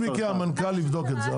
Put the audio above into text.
בכל מקרה המנכ"ל יבדוק את זה.